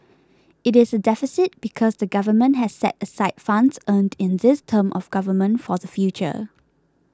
it is a deficit because the Government has set aside funds earned in this term of government for the future